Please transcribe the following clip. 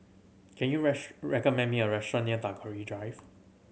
can you recommend me a restaurant near Tagore Drive